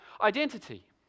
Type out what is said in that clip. identity